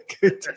Good